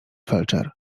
felczer